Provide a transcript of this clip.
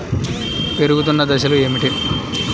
పెరుగుతున్న దశలు ఏమిటి?